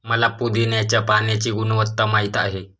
मला पुदीन्याच्या पाण्याची गुणवत्ता माहित आहे